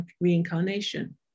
reincarnation